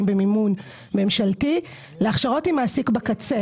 במימון ממשלתי להכשרות עם מעסיק בקצה.